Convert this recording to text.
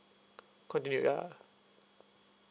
continue ya